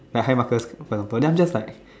like hi Marcus for example then I'm just like